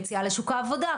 יציאה לשוק העבודה,